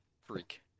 Freak